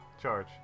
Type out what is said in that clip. charge